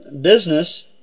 business